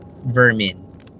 vermin